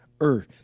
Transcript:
earth